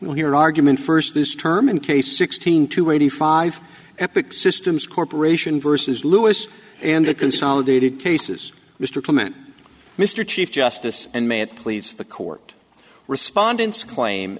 we'll hear argument first this term in case sixteen two eighty five epic systems corporation versus lewis and a consolidated cases mr clement mr chief justice and may it please the court respondents claim